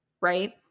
right